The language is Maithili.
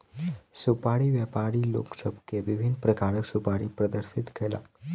सुपाड़ी व्यापारी लोक सभ के विभिन्न प्रकारक सुपाड़ी प्रदर्शित कयलक